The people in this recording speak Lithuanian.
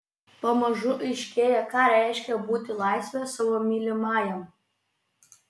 pamažu aiškėja ką reiškia būti laisve savo mylimajam